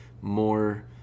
more